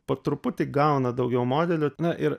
po truputį gauna daugiau modelių ir